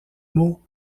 mots